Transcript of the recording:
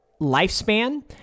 lifespan